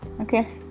okay